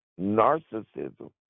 narcissism